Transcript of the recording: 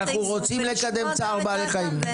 אנחנו רוצים לקדם צער בעלי חיים.